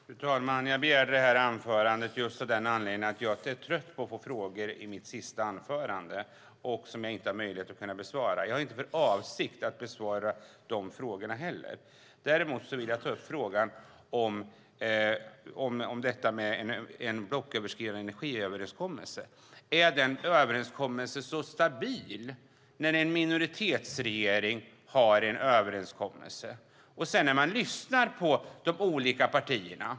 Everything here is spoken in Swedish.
Fru talman! Jag begärde det här anförandet just av den anledningen att jag är trött på att få frågor på mitt sista anförande som jag inte har möjlighet att besvara. Jag har inte för avsikt att besvara de frågorna. Däremot vill jag ta upp frågan om detta med en blocköverskridande energiöverenskommelse. Är en sådan överenskommelse så stabil när en minoritetsregering har en överenskommelse? Jag har lyssnat på de olika partierna.